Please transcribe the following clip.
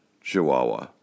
Chihuahua